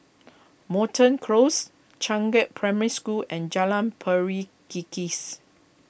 Moreton Close Changkat Primary School and Jalan Pari Kikis